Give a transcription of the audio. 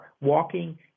walking